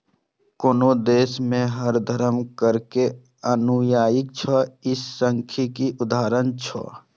कोनो देश मे हर धर्मक कतेक अनुयायी छै, ई सांख्यिकीक उदाहरण छियै